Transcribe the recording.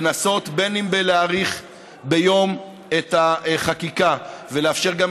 לנסות או להאריך ביום את החקיקה ולאפשר גם